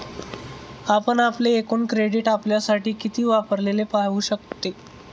आपण आपले एकूण क्रेडिट आपल्यासाठी किती वापरलेले पाहू शकते